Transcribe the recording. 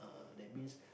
that means